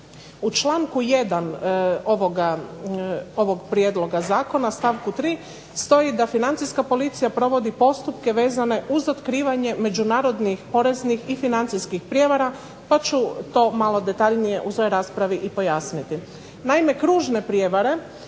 U članku 1. ovog prijedloga zakona stavku 3. stoji da Financijska policija provodi postupke vezane uz otkrivanje međunarodnih poreznih i financijskih prijevara, pa ću to malo detaljnije u svojoj raspravi i pojasniti.